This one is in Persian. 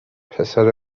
پسر